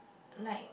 like